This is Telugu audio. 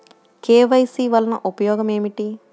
కే.వై.సి వలన ఉపయోగం ఏమిటీ?